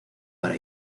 para